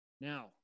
now